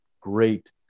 great